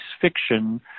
fiction